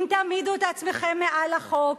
אם תעמידו את עצמכם מעל החוק,